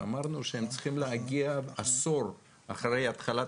אמרנו שהם צריכים להגיע עשור אחרי התחלת